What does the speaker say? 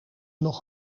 nog